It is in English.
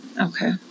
Okay